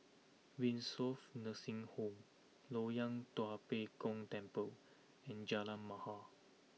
Windsor Nursing Home Loyang Tua Pek Kong Temple and Jalan Mahir